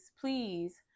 please